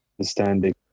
understanding